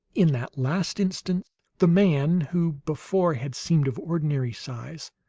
in that last instant the man who before had seemed of ordinary size,